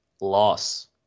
loss